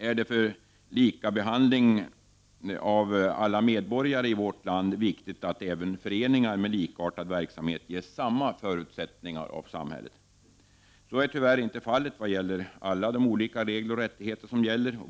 är det för likabehandlingen av alla medborgare i vårt land viktigt att även föreningar med likartad verksamhet ges samma förutsättningar av samhället. Så är tyvärr inte fallet beträffande alla de olika regler och rättigheter som gäller.